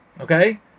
Okay